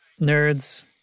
nerds